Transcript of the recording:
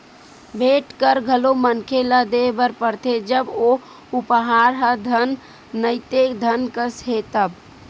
भेंट कर घलो मनखे ल देय बर परथे जब ओ उपहार ह धन नइते धन कस हे तब